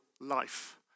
life